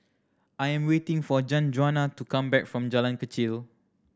I am waiting for Sanjuana to come back from Jalan Kechil